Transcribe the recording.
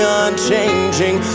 unchanging